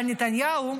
אבל נתניהו: